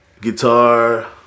Guitar